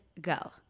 go